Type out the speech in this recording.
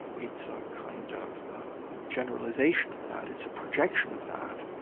it's a kind of generalisation of that, it's a projection of that.